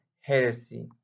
heresy